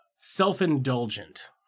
Self-indulgent